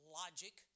logic